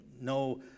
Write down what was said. No